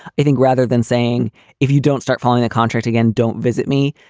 i think rather than saying if you don't start following a contract again, don't visit me,